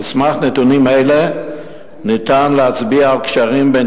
על סמך נתונים אלה ניתן להצביע על קשרים בין